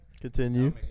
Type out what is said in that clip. Continue